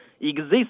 exist